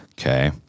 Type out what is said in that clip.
Okay